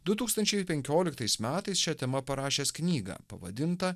du tūkstančiai penkioliktais metais šia tema parašęs knygą pavadintą